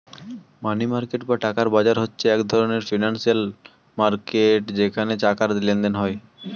মানি market বা টাকার বাজার হচ্ছে এক ধরণের ফিনান্সিয়াল মার্কেট যেখানে টাকার লেনদেন হয়